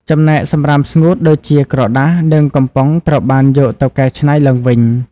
ចំណែកសំរាមស្ងួតដូចជាក្រដាស និងកំប៉ុងត្រូវបានយកទៅកែច្នៃឡើងវិញ។